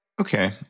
Okay